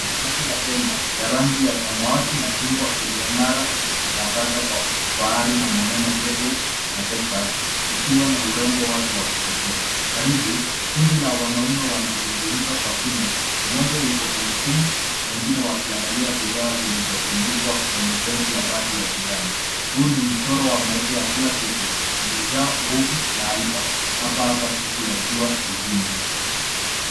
Matatu ya Kenya ya rangi ya samawati na chungwa iliyong'ara ikijitangaza kwa fahari na maneno ya Get Hooked na Texas , ikiwa na urembo wake wa kipekee. Karibu, kundi la wanaume wanazungumza kwa kina, mmoja yuko kwenye simu wengine wakiangalia bidhaa zilizotundikwa kwenye fensi ya bati la kijani. Huu ni mchoro wa maisha ya kila siku, uliojaa nguvu na haiba, hapa hapa siku ya jua jijini.